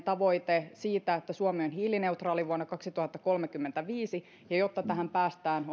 tavoite siitä että suomi on hiilineutraali vuonna kaksituhattakolmekymmentäviisi ja jotta tähän päästään